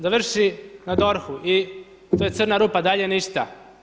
Završi na DORH-u i to je crna rupa, dalje ništa.